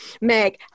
Meg